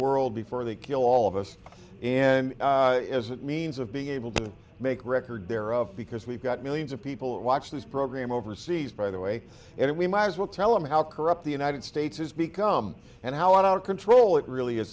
world before they kill all of us and as a means of being able to make record there of because we've got millions of people watch this program overseas by the way and we might as well tell them how corrupt the united states has become and how out of control it really